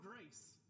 grace